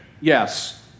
Yes